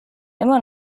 immer